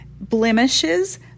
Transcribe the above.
Blemishes